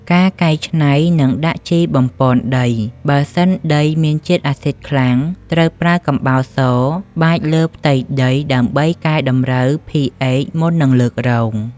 ការកែច្នៃ និងដាក់ជីបំប៉នដីបើសិនដីមានជាតិអាស៊ីតខ្លាំង ត្រូវប្រើ កំបោរស បាចលើផ្ទៃដីដើម្បីកែតម្រូវ pHមុននឹងលើករង។